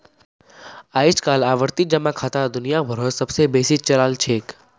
अइजकाल आवर्ती जमा खाता दुनिया भरोत सब स बेसी चलाल छेक